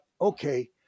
okay